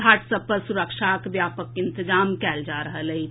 घाट सभ पर सुरक्षाक व्यापक इंतजाम कयल जा रहल अछि